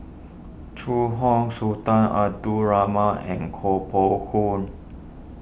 Zhu Hong Sultan Abdul Rahman and Koh Poh